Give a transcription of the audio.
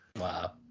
Wow